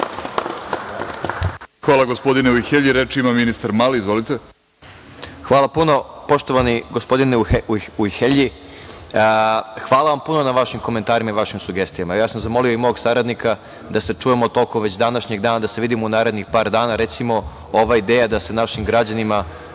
Hvala, gospodine Ujhelji. Reč ima ministar Mali. Izvolite. **Siniša Mali** Poštovani gospodine Ujhelji, hvala vam puno na vašim komentarima i sugestijama. Ja sam zamolio i mog saradnika da se čujemo još tokom današnjeg dana, da se u narednih par dana vidimo. Ova ideja da se našim građanima